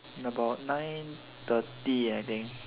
in about nine thirty I think